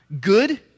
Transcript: good